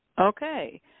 Okay